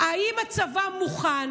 האם הצבא מוכן